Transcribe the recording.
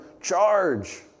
charge